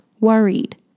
worried